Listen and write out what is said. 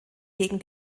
gegen